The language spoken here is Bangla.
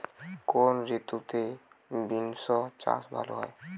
কোন ঋতুতে বিন্স চাষ ভালো হয়?